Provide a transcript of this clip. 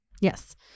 Yes